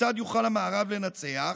כיצד יוכל המערב לנצח",